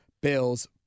Bills